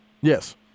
Yes